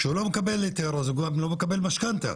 כאשר הוא לא מקבל היתר, אז הוא לא מקבל משכנתא,